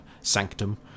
sanctum